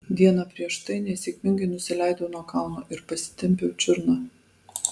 dieną prieš tai nesėkmingai nusileidau nuo kalno ir pasitempiau čiurną